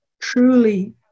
truly